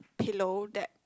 pillow that